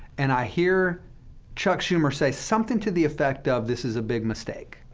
and i hear chuck schumer say something to the effect of, this is a big mistake